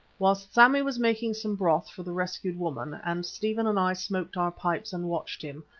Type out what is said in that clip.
whilst sammy was making some broth for the rescued woman, and stephen and i smoked our pipes and watched him,